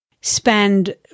spend